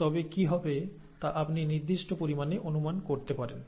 তবে কী হবে তা আপনি নির্দিষ্ট পরিমাণে অনুমান করতে পারেন